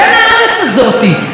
אז עוד פעם הבוקר,